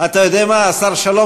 אתה יודע מה, השר שלום?